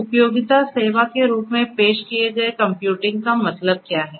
तो उपयोगिता सेवा के रूप में पेश किए गए कंप्यूटिंग का मतलब क्या है